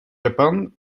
japan